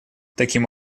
таким